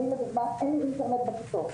אצלי לדוגמה אין אינטרנט בכיתות.